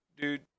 Dude